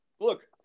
look